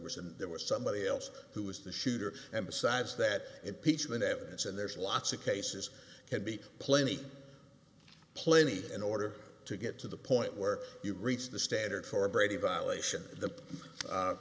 and there was somebody else who was the shooter and besides that impeachment evidence and there's lots of cases can be plenty plenty in order to get to the point where you reach the standard for a brady violation